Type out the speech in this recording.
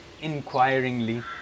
inquiringly